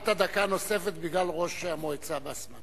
קיבלת דקה נוספת בגלל ראש המועצה בסמה,